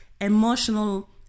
emotional